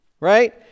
Right